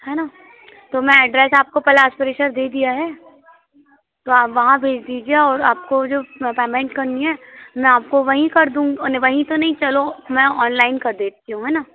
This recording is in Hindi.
हैं ना तो मैं ऐड्रेस आपको पलाश परिसर दे दिया है तो आप वहाँ भेज दीजिए और आपको जो पैमेंट करनी है मैं आपको वहीं कर दूँ वहीं तो नहीं चलो मैं ऑनलाइन कर देती हूँ है ना